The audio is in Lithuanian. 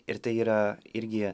ir tai yra irgi